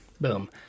Boom